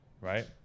right